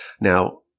Now